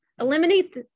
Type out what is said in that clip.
Eliminate